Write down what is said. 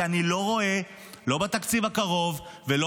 כי אני לא רואה לא בתקציב הקרוב ולא